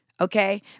okay